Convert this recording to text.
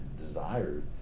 desired